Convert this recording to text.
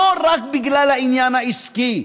לא רק בגלל העניין העסקי,